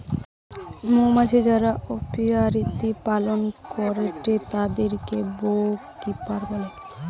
মৌমাছি যারা অপিয়ারীতে পালন করেটে তাদিরকে বী কিপার বলে